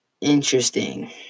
Interesting